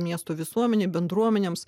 miesto visuomenei bendruomenėms